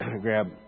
grab